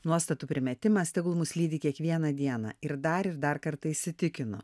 nuostatų primetimas tegul mus lydi kiekvieną dieną ir dar ir dar kartą įsitikinu